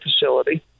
facility